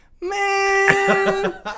Man